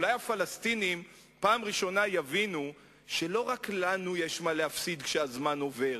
אולי הפלסטינים פעם ראשונה יבינו שלא רק לנו יש מה להפסיד כשהזמן עובר?